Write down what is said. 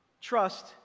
trust